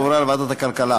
והועברה לוועדת הכלכלה.